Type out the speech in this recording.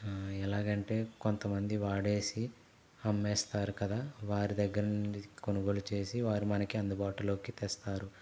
ఎలాగంటే కొంతమంది వాడేసి అమ్మేస్తారు కదా వారి దగ్గర నండి కొనుగోలు చేసి వారు మనకి అందుబాటులోకి తెస్తారు